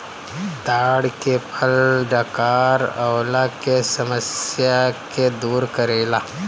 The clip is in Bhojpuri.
ताड़ के फल डकार अवला के समस्या के दूर करेला